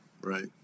right